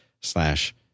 slash